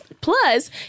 Plus